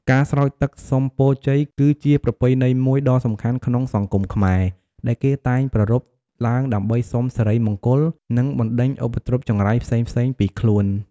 ការស្រោចទឹកសុំពរជ័យគឺជាប្រពៃណីមួយដ៏សំខាន់ក្នុងសង្គមខ្មែរ ដែលគេតែងប្រារព្ធឡើងដើម្បីសុំសិរីមង្គល និងបណ្ដេញឧបទ្រពចង្រៃផ្សេងៗពីខ្លួន។